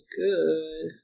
good